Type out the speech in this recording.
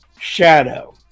Shadow